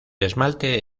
esmalte